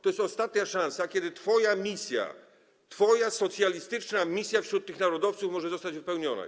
To jest ostatnia szansa, kiedy twoja misja, twoja socjalistyczna misja wśród tych narodowców może zostać wypełniona.